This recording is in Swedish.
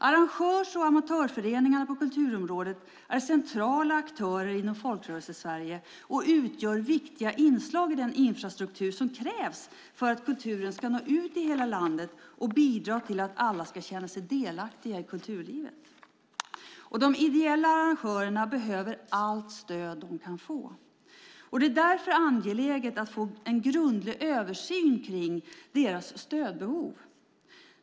Arrangörs och amatörföreningarna på kulturområdet är centrala aktörer inom Folkrörelsesverige och utgör viktiga inslag i den infrastruktur som krävs för att kulturen ska nå ut i hela landet och bidra till att alla ska känna sig delaktiga i kulturlivet. De ideella arrangörerna behöver allt stöd de kan få. Därför är det angeläget att få en grundlig översyn av deras stödbehov.